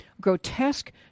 Grotesque